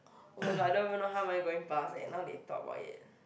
oh-my-god I don't even how am I going to pass eh now they talk about it